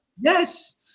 yes